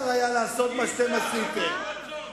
לעשות מה שאתם עשיתם.